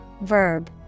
verb